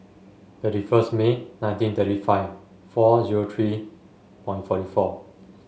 thirty first May nineteen thirty five four zero three point forty four